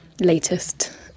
latest